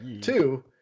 Two